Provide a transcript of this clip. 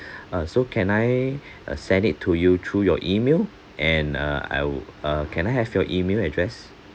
uh so can I uh send it to you through your email and err I'll uh can I have your email address